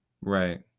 right